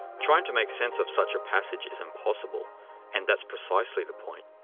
trying to make sense of such a passage is impossible and that's precisely the point.